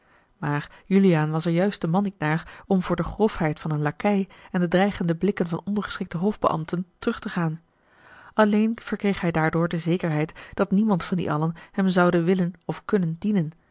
maar juliaan was er juist de man niet naar om voor de grofheid van een lakei en de dreigende blikken van ondergeschikte hofbeambten terug te gaan alleen verkreeg hij daardoor de zekerheid dat niemand van die allen hem zouden willen of kunnen dienen